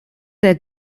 der